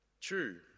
True